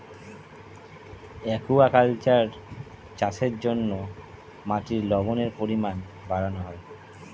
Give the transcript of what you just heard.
aquaculture চাষের জন্য মাটির লবণের পরিমাণ বাড়ানো হয়